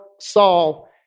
Saul